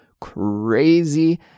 crazy